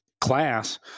class